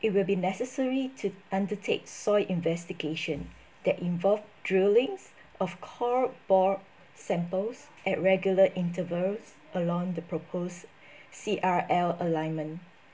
it will be necessary to undertake soil investigation that involved drillings of core bore samples at regular intervals along the proposed C_R_L alignment